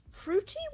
Fruity